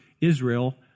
Israel